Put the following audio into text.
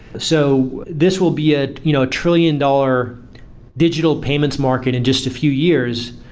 so this will be a you know trillion dollar digital payments market in just a few years,